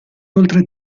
oltre